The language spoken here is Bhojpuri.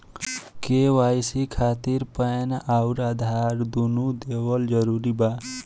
के.वाइ.सी खातिर पैन आउर आधार दुनों देवल जरूरी बा?